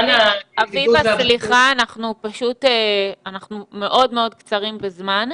אביבה, סליחה, אנחנו מאוד מאוד קצרים בזמן,